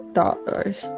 dollars